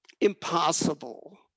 impossible